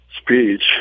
speech